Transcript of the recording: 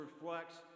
reflects